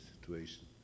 situation